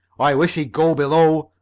i wish he'd go below,